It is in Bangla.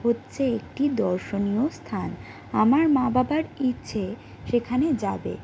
হচ্ছে একটি দর্শনীয় স্থান আমার মা বাবার ইচ্ছে সেখানে যাবে